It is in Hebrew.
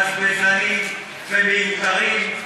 בזבזניים ומיותרים,